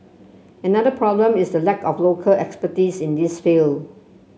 another problem is the lack of local expertise in this field